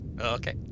okay